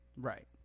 Right